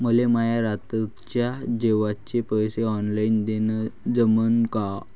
मले माये रातच्या जेवाचे पैसे ऑनलाईन देणं जमन का?